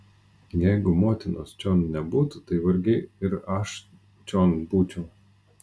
jeigu motinos čion nebūtų tai vargiai ir aš čion būčiau